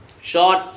Short